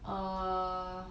err